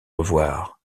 revoir